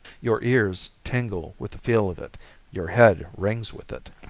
your ears, tingle with the feel of it your head rings with it.